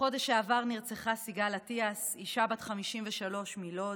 בחודש שעבר נרצחה סיגל אטיאס, אישה בת 53 מלוד,